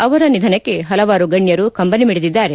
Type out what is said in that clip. ಅವರ ನಿಧನಕ್ಕೆ ಹಲವಾರು ಗಣ್ಣರು ಕಂಬನಿ ಮಿಡಿದಿದ್ದಾರೆ